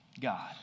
God